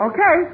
Okay